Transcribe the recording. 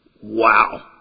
Wow